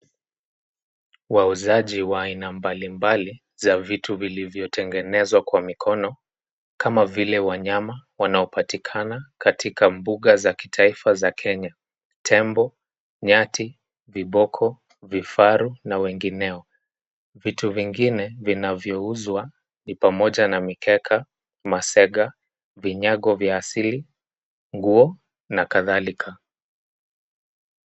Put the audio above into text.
Wauzaji wa aina mbalimbali za vitu vilivyo tengenezwa kwa mkono kama vile wanyama wanaopatikana katika mbuga za kitaifa za Kenya. Tembo, nyati, viboko, vifaru na wengineo. Vitu vingine vinavyouzwa ni pamoja na mikeka, masega, vinyango vya asili, nguo na kadhalika.